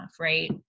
Right